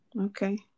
Okay